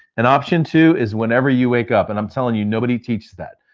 and option two is whenever you wake up and i'm telling you, nobody teaches that.